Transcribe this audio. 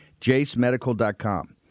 JaceMedical.com